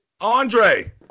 Andre